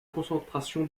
concentration